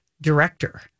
director